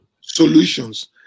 solutions